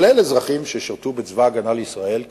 כולל אזרחים ששירתו בצבא-הגנה לישראל,